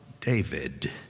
David